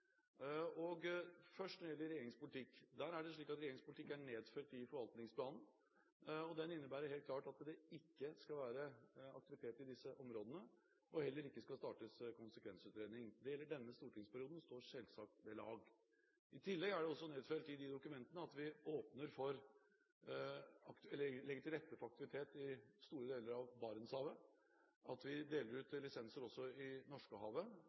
Først når det gjelder regjeringens politikk: Det er slik at regjeringens politikk er nedfelt i forvaltningsplanen. Den innebærer helt klart at det ikke skal være aktivitet i disse områdene – og heller ikke skal startes med konsekvensutredning. Det gjelder denne stortingsperioden og står selvsagt ved lag. I tillegg er det også nedfelt i de dokumentene at vi legger til rette for aktivitet i store deler av Barentshavet. Vi deler ut lisenser også i Norskehavet,